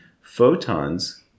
Photons